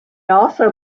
also